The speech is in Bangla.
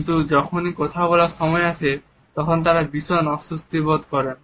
কিন্তু যখনই কথা বলার সময় আসে তখন তারা ভীষণ অস্বস্তিবোধ করেন